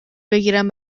بگیرم